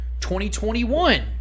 2021